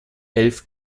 elf